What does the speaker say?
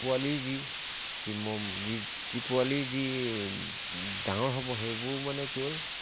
পোৱালি যি যি যি পোৱালি যি ডাঙৰ হ'ব সেইবোৰ মানে কি হ'ল